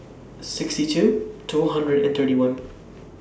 sixty two two hundred and thirty one